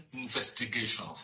investigation